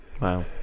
wow